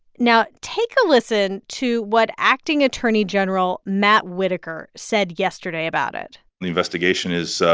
now, take a listen to what acting attorney general matt whitaker said yesterday about it the investigation is,